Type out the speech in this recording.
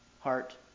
heart